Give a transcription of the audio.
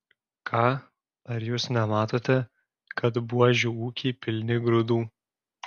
ką ar jūs nematote kad buožių ūkiai pilni grūdų